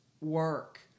work